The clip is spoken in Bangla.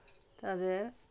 তাদের